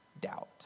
Doubt